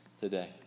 today